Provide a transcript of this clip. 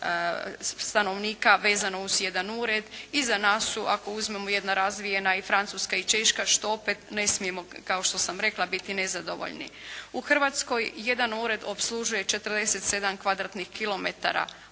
stanovnika vezano uz jedan ured i za nas su, ako uzmemo jedna Francuska i Češka, što opet ne smijemo, kao što sam rekla, biti nezadovoljni. U Hrvatskoj jedan ured opslužuje 47 kvadratnih kilometara.